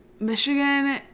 Michigan